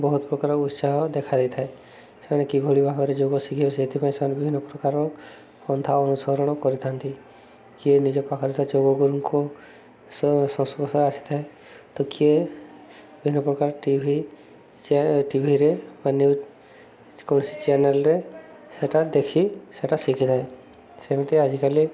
ବହୁତ ପ୍ରକାର ଉତ୍ସାହ ଦେଖା ଦେଇଥାଏ ସେମାନେ କିଭଳି ଭାବରେ ଯୋଗ ଶିଖିବେ ସେଇଥିପାଇଁ ସେମାନେ ବିଭିନ୍ନ ପ୍ରକାର ପନ୍ଥା ଅନୁସରଣ କରିଥାନ୍ତି କିଏ ନିଜ ପାଖରେ ଥିବା ଯୋଗଗୁରୁଙ୍କୁ ସଂସ୍ପର୍ଶରେ ଆସିଥାଏ ତ କିଏ ବିଭିନ୍ନ ପ୍ରକାର ଟି ଭି ଟିଭିରେ ବା ନ୍ୟୁଜ୍ କୌଣସି ଚ୍ୟାନେଲରେ ସେଟା ଦେଖି ସେଟା ଶିଖିଥାଏ ସେମିତି ଆଜିକାଲି